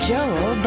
Joel